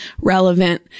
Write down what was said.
relevant